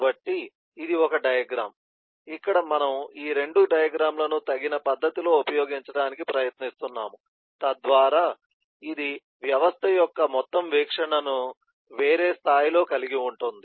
కాబట్టి ఇది ఒక డయాగ్రమ్ ఇక్కడ మనము ఈ రెండు డయాగ్రమ్ లను తగిన పద్ధతిలో ఉపయోగించటానికి ప్రయత్నిస్తున్నాము తద్వారా ఇది వ్యవస్థ యొక్క మొత్తం వీక్షణను వేరే స్థాయిలో కలిగి ఉంటుంది